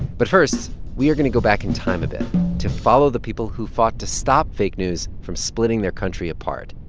but first, we are going to go back in time a bit to follow the people who fought to stop fake news from splitting their country apart.